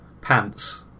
pants